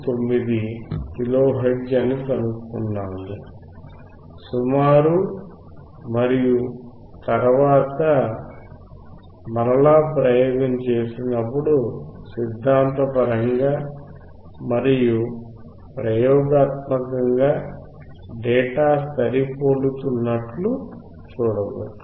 59 kilohertz అని కనుగొన్నాము సుమారు మరియు తరువాత మరలా ప్రయోగం చేసినప్పుడు సిద్ధాంత పరంగా మరియు ప్రయోగాత్మకంగా డేటా సరిపోలుతున్నట్లు చూడవచ్చు